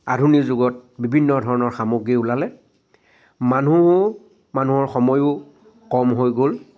আধুনিক যুগত বিভিন্ন ধৰণৰ সামগ্ৰী ওলালে মানুহ মানুহৰ সময়ও কম হৈ গ'ল